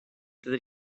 that